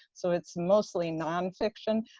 so it's mostly nonfiction.